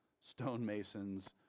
stonemasons